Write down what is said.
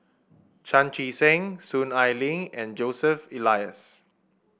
Chan Chee Seng Soon Ai Ling and Joseph Elias